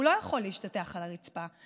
הוא לא יכול להשתטח על הרצפה,